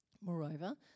Moreover